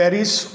Paris